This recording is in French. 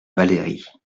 valérie